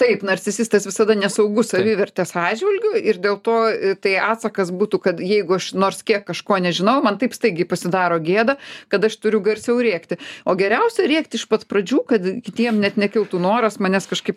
taip narcisistas visada nesaugus savivertės atžvilgiu ir dėl to tai atsakas būtų kad jeigu aš nors kiek kažko nežinau man taip staigiai pasidaro gėda kad aš turiu garsiau rėkti o geriausia rėkt iš pat pradžių kad kitiems net nekiltų noras manęs kažkaip